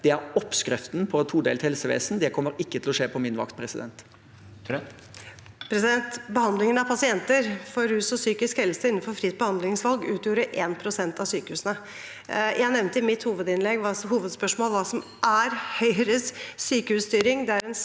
Det er oppskriften på et todelt helsevesen. Det kommer ikke til å skje på min vakt. Tone Wilhelmsen Trøen (H) Behandlin- gen av pasienter for rus og psykisk helse innenfor fritt behandlingsvalg utgjorde én prosent av sykehusene. Jeg nevnte i mitt hovedspørsmål hva som er Høyres sykehusstyring.